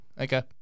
Okay